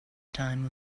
time